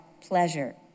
pleasure